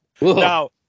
Now